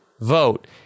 vote